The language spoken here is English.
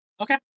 Okay